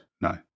No